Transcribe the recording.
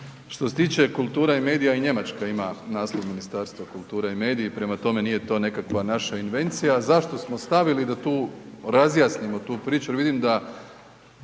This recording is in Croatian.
Što se tiče kultura i medija, i Njemačka ima naslov Ministarstvo kulture i medija, prema tome, nije to nekakva naša invencija. Zašto smo stavili da tu razjasnimo tu priču jer vidim da